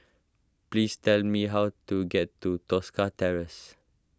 please tell me how to get to Tosca Terrace